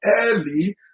early